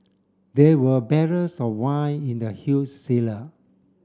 there were barrels of wine in the huge cellar